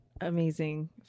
amazing